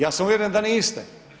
Ja sam uvjeren da niste.